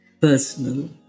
personal